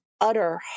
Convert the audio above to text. utter